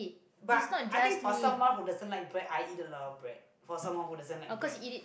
but I think for someone who doesn't like bread I eat a lot of bread for someone who doesn't like bread